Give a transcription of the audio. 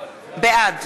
בעד